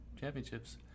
championships